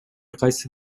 кайсы